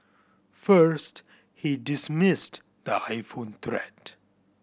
first he dismissed the iPhone threat